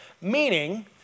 Meaning